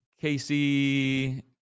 casey